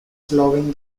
slowing